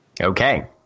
Okay